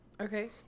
Okay